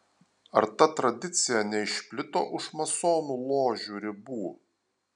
ar ta tradicija neišplito už masonų ložių ribų